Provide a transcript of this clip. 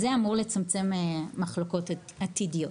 זה אמור לצמצם מחלוקות עתידיות.